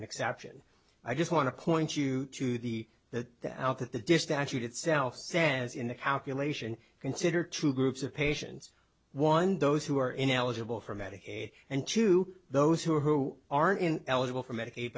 an exception i just want to point you to the that out that the dispatch itself says in the calculation consider two groups of patients one those who are in eligible for medicaid and to those who are who are in eligible for medicaid